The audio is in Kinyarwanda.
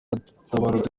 yaratabarutse